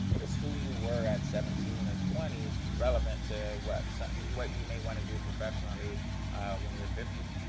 is who you were at seventeen or twenty, relevant to what what you may want to do professionally when you are fifty?